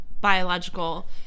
biological